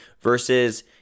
versus